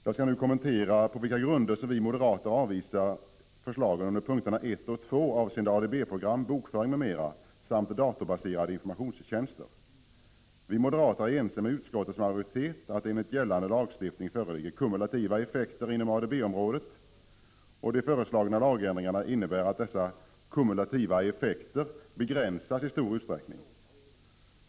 Jag skall nu kommentera på vilka grunder vi moderater avvisar förslagen under punkterna 1 och 2, avseende ADB-program, bokföring m.m. samt datorbaserade informationstjänster. Vi moderater är ense med utskottets majoritet om att det enligt gällande lagstiftning föreligger kumulativa effekter inom ADB-området. De föreslagna lagändringarna innebär att dessa kumulativa effekter begränsas i stor utsträckning.